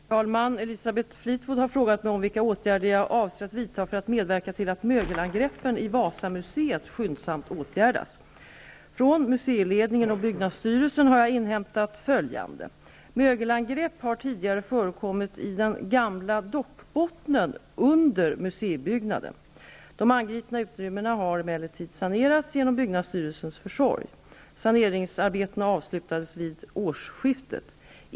Herr talman! Elisabeth Fleetwood har frågat mig om vilka åtgärder jag avser vidta för att medverka till att mögelangreppen i Wasamuseet skyndsamt åt gärdas. Från museiledningen och byggnadsstyrelsen har jag inhämtat följande. Mö gelangrepp har tidigare förekommit i den gamla dockbottnen under musei byggnaden. De angripna utrymmena har emellertid sanerats genom bygg nadsstyrelsens försorg. Saneringsarbetena avslutades vid årsskiftet.